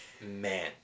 Man